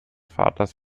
vaters